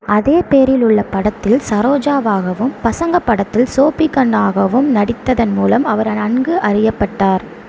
அதே பெயரில் உள்ள படத்தில் சரோஜாவாகவும் பசங்க படத்தில் சோபிக்கண்ணாகவும் நடித்ததன் மூலம் அவர் நன்கு அறியப்பட்டார்